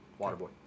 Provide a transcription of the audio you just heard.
Waterboy